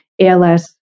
ALS